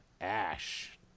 Ash